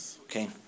Okay